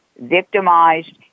victimized